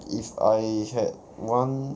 if I had one